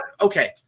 Okay